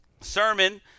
sermon